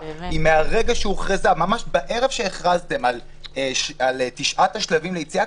אם בערב שהכרזתם על תשעת השלבים ליציאה,